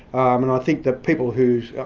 um and i think that people who's,